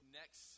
next